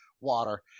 water